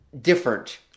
different